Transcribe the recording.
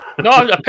No